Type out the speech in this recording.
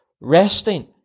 resting